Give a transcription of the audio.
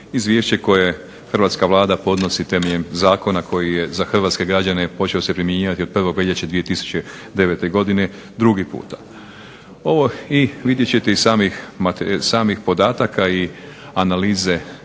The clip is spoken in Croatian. izvješće koje hrvatska Vlada podnosi temeljem zakona koji je za hrvatske građane počeo se primjenjivati od 1. veljače 2009. godine drugi puta. I vidjet ćete i iz samih podataka i analize